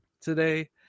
today